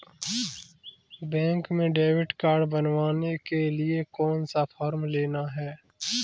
Bank में debit card बनवाने के लिए कौन सा फॉर्म लेना है?